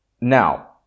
Now